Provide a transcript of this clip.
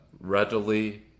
readily